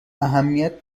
اهمیت